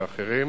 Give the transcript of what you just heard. ואחרים.